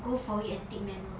go for it and take manual